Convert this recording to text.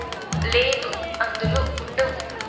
లేదు అందులో ఉండవు